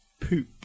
poop